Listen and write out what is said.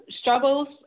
struggles